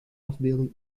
afbeelding